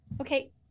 okay